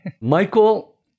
Michael